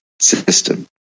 system